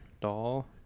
doll